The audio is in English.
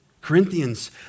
Corinthians